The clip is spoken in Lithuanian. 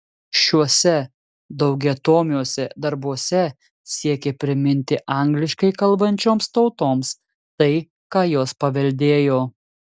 šiuose daugiatomiuose darbuose siekė priminti angliškai kalbančioms tautoms tai ką jos paveldėjo